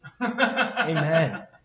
Amen